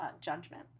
judgment